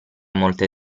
molte